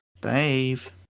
Dave